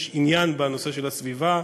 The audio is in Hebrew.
יש עניין בנושא הסביבה.